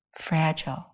fragile